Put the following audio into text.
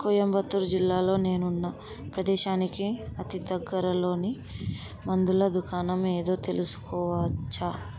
కొయంబత్తూరు జిల్లాలో నేనున్న ప్రదేశానికి అతిదగ్గరలోని మందుల దుకాణం ఏదో తెలుసుకోవచ్చా